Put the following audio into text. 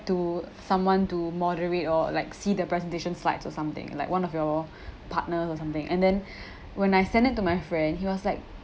to someone to moderate or like see the presentation slides or something like one of your partner or something and then when I send it to my friend he was like